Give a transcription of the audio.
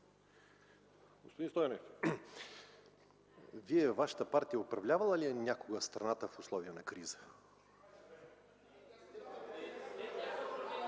Господин Стойнев, вашата партия управлявала ли е някога страната в условия на криза?